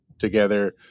together